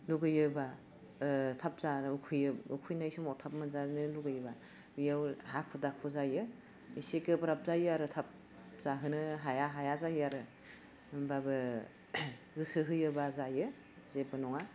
लुगैयोबा थाब जार उखैयो उखैनाय समाव थाब मोनजानो लुगैयोबा बेयाव हाखु दाखु जायो एसे गोब्राब जायो आरो थाब जाहोनो हाया हाया जायो आरो होमबाबो गोसो होयोबा जायो जेबो नङा